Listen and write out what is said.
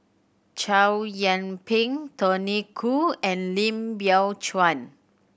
Chow Yian Ping Tony Khoo and Lim Biow Chuan